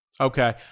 okay